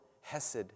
hesed